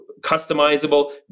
customizable